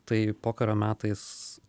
tai pokario metais